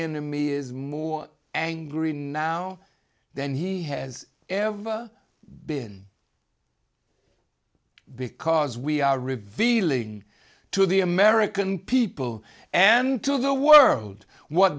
enemy is more angry now then he has ever been because we are revealing to the american people and to the world what